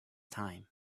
time